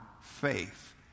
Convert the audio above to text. faith